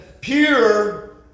pure